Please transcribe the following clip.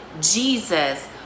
Jesus